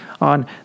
on